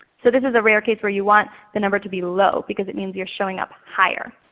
so this is a rare case where you want the number to be low because that means you're showing up higher.